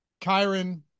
Kyron